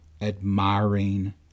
admiring